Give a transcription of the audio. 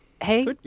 hey